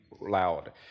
loud